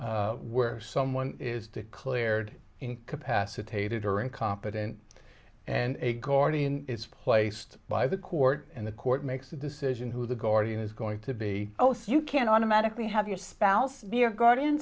where someone is declared incapacitated or incompetent and a guardian is placed by the court and the court makes a decision who the guardian is going to be most you can automatically have your spouse